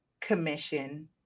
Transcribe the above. commission